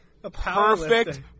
Perfect